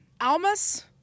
Almas